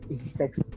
sex